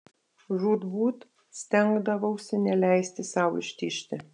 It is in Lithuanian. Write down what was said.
žūtbūt stengdavausi neleisti sau ištižti